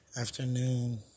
afternoon